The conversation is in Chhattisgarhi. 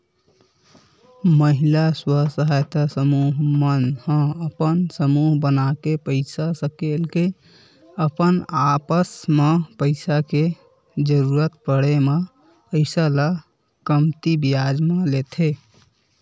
महिला स्व सहायता समूह मन ह अपन समूह बनाके पइसा सकेल के अपन आपस म पइसा के जरुरत पड़े म पइसा ल कमती बियाज म लेथे